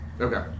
Okay